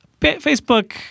Facebook